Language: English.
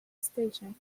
station